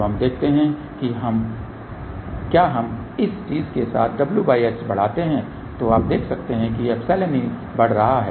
तो हम देखते हैं कि क्या हम इस चीज़ के साथ wh बढ़ाते हैं तो आप देख सकते हैं कि εe बढ़ रहा है